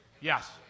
Yes